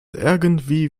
irgendwie